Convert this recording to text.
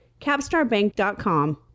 capstarbank.com